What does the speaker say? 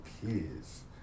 kids